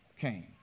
came